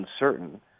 uncertain